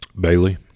Bailey